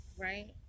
right